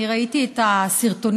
אני ראיתי את הסרטונים,